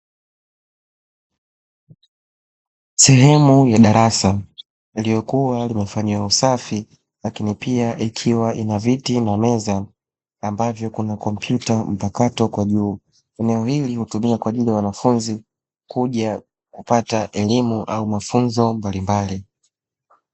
Sehemu ya darasa lililokuwa linafanyiwa usafi lakini pia ikiwa ina viti na meza ambavyo kuna kompyuta mpakato kwa juu. Eneo hili hutumika kwa ajili ya wanafunzi kuja kupata elimu au mafunzo mbalimbali.